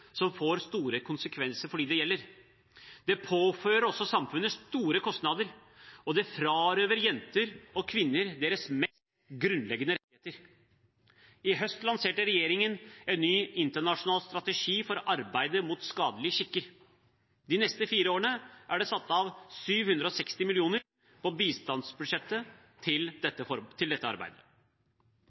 som får store konsekvenser for dem det gjelder. Det påfører også samfunnet store kostnader, og det frarøver jenter og kvinner deres mest grunnleggende rettigheter. I høst lanserte regjeringen en ny internasjonal strategi for arbeidet mot skadelige skikker. De neste fire årene er det satt av 760 mill. kr på bistandsbudsjettet til dette